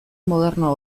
moderno